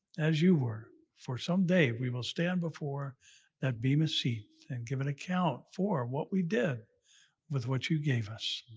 as you were. for some day we will stand before that bema seat and give and account for what we did with what you gave us.